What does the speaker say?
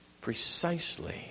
precisely